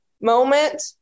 moment